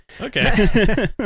Okay